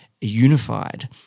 unified